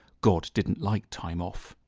god didn't like time off.